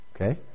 Okay